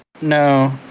no